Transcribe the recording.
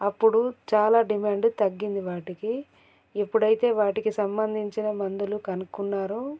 అప్పుడు చాలా డిమాండ్ తగ్గింది వాటికి ఇప్పుడు అయితే వాటికి సంబంధించిన మందులు కనుక్కున్నారో